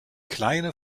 kleine